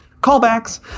Callbacks